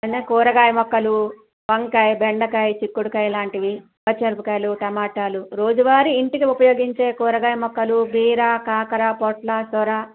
కూరగాయ మొక్కలు వంకాయ బెండకాయ చిక్కుడుకాయ లాంటివి పచ్చిమిరపకాయలు టమాటాలు రోజువారి ఇంటికి ఉపయోగించే కూరగాయ మొక్కలు బీర కాకర పొట్ల సొర